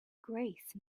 grace